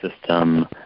system